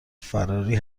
فراری